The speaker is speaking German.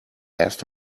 erst